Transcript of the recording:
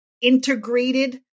integrated